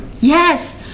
yes